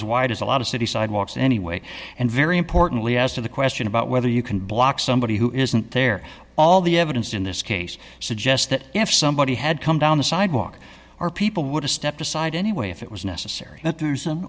as wide as a lot of city sidewalks anyway and very importantly as to the question about whether you can block somebody who isn't there all the evidence in this case suggests that if somebody had come down the sidewalk or people would have stepped aside anyway if it was necessary that there's an